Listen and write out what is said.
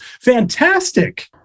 Fantastic